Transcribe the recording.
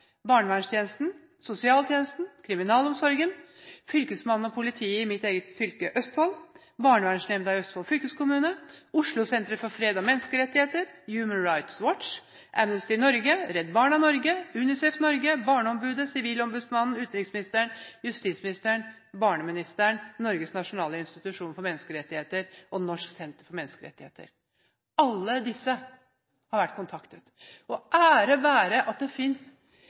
sosialtjenesten kriminalomsorgen Fylkesmannen og politiet i mitt eget fylke, Østfold barnevernsnemnda i Østfold fylkeskommune Oslosenteret for fred og menneskerettigheter Human Rights Watch Amnesty International Norge Redd Barna Norge UNICEF Norge Barneombudet Sivilombudsmannen utenriksministeren justisministeren barneministeren Norges nasjonale institusjon for menneskerettigheter Norsk senter for menneskerettigheter Alle disse har vært kontaktet. Ære være for at det